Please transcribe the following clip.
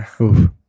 Oof